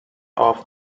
off